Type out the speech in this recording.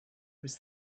was